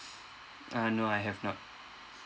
uh no I have not